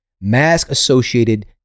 Mask-Associated